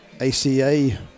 ACA